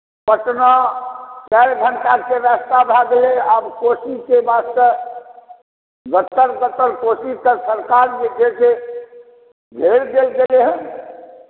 पटना चारि घंटा के रास्ता भऽ गेलै आब कोशी के रास्ते जतऽ जतऽ कोशी तक सरकार जे छै से घेर देलकै हन